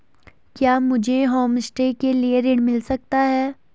क्या मुझे होमस्टे के लिए ऋण मिल सकता है?